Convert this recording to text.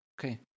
Okay